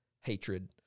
hatred